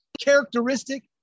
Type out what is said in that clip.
characteristic